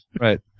right